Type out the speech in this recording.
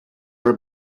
are